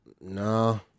No